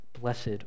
Blessed